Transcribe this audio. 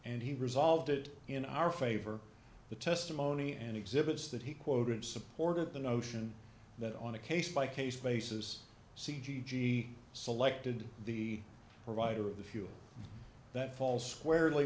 and he resolved it in our favor the testimony and exhibits that he quoted supported the notion that on a case by case basis c g g selected the provider of the fuel that falls squarely